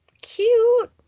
Cute